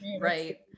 Right